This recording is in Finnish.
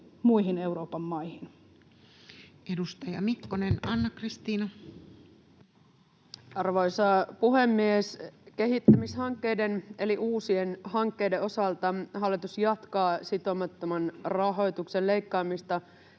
muihin Euroopan maihin? Edustaja Mikkonen, Anna-Kristiina. Arvoisa puhemies! Kehittämishankkeiden eli uusien hankkeiden osalta hallitus jatkaa sitomattoman rahoituksen leikkaamista